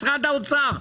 משרד האוצר,